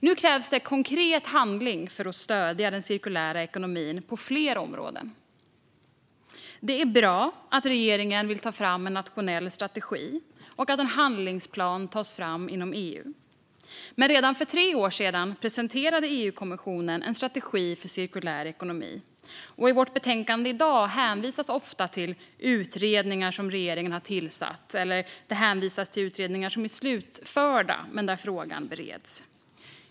Nu krävs det konkret handling för att stödja den cirkulära ekonomin på fler områden. Det är bra att regeringen vill ta fram en nationell strategi och att en handlingsplan tas fram inom EU. Men redan för tre år sedan presenterade EU-kommissionen en strategi för cirkulär ekonomi. I betänkandet som behandlas i dag hänvisas ofta till utredningar som regeringen har tillsatt eller till utredningar som är slutförda men där frågan bereds.